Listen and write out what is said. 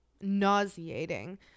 nauseating